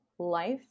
life